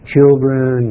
Children